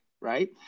right